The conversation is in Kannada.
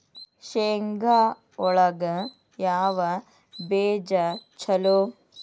ಶೇಂಗಾ ಒಳಗ ಯಾವ ಬೇಜ ಛಲೋ?